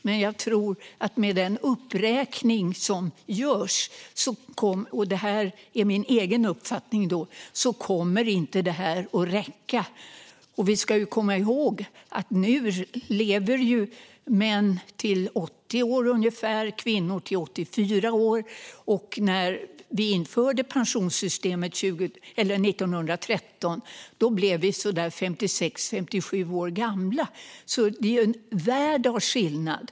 Men jag tror att med den uppräkning som görs - detta är min egen uppfattning - kommer det inte att räcka. Vi ska komma ihåg att män nu lever till 80 år ungefär och kvinnor till 84 år. När vi införde pensionssystemet 1913 blev vi i genomsnitt 56-57 år gamla. Det är en värld av skillnad.